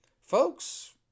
Folks